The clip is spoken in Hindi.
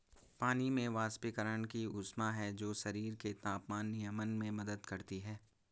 पानी में वाष्पीकरण की ऊष्मा है जो शरीर के तापमान नियमन में मदद करती है